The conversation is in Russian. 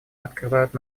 открывают